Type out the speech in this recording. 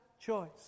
choice